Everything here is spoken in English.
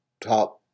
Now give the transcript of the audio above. top